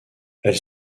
elle